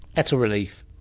that's a relief.